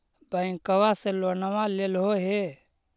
बैंकवा से लोनवा लेलहो हे?